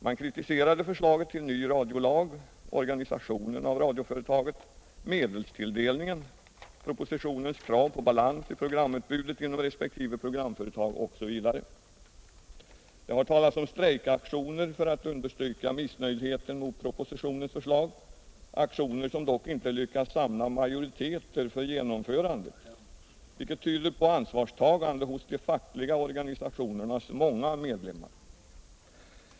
Man kritiserade förslaget till ny radiolag, organisationen av radioföretaget, medelstilldelningen, propositionens krav på balans i programutbudet inom resp. programföretag osv. Det har talats om strejkaktioner för att understryka missnöjdheten med propositionens förslag — aktioner som dock inte lyckats samla majoriteter för genomförandet, vilket tyder på ansvarstagande hos de fackliga organisationernas många medlemmar.